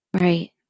Right